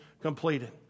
completed